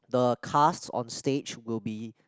the cast on stage will be